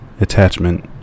attachment